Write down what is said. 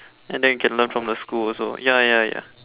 and then you can learn from the school also ya ya ya